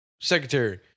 Secretary